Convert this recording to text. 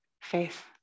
faith